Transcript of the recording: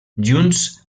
junts